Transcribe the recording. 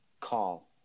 call